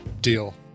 deal